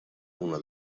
una